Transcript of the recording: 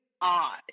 odd